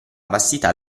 vastità